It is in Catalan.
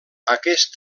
aquest